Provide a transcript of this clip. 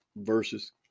versus